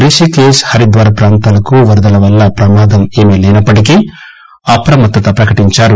Rishi cash Haridwar ప్రాంతాలకు వరదల వల్ల ప్రమాదం ఏమీ లేనప్పటికీ అప్రమత్త ప్రకటించారు